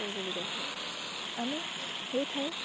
কৰিবলগীয়া হয় আমি সেই ঠাই